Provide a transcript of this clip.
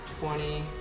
twenty